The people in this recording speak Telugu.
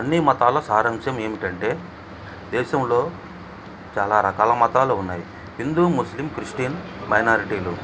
అన్నీ మతాల సారాంశం ఏమిటంటే దేశంలో చాలా రకాల మతాలు ఉన్నాయి హిందూ ముస్లిం క్రిస్టియన్ మైనారిటీలు